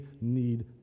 need